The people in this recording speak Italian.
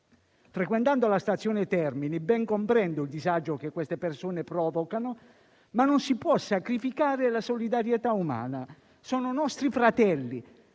Frequentando la Stazione Termini, ben comprendo il disagio che quelle persone provocano, ma non si può sacrificare la solidarietà umana. Sono nostri fratelli,